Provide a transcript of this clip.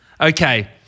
Okay